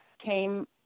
came